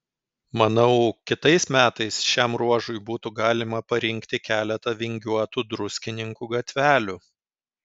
manau kitais metais šiam ruožui būtų galima parinkti keletą vingiuotų druskininkų gatvelių